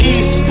East